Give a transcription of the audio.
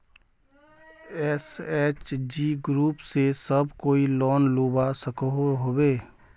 SHG group से सब कोई लोन लुबा सकोहो होबे?